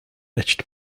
etched